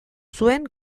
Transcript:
zuen